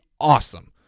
awesome